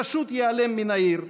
הבנה בין משרדי